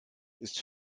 ist